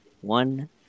one